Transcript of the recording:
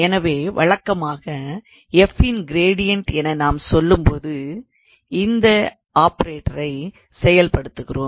எனவே வழக்கமாக 𝑓 இன் கிரேடியண்ட் என நாம் சொல்லும்போது இந்த ஆபரேட்டரை செயல்படுத்துகிறோம்